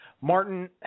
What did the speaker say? Martin